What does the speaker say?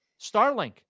Starlink